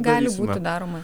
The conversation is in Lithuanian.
gali būti daroma